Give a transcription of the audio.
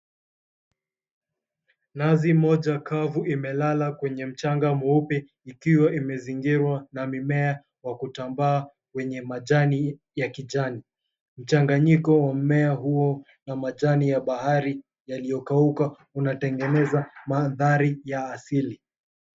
Nazi moja kavu imelala kwenye mchanga mweupe ikiwa imezingirwa na mimea kwa kutambaa kwenye majani ya kijani. Mchanganyiko wa mmea huo na majani ya bahari yaliyokauka unatengeneza mandhari ya asili.